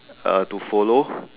uh to follow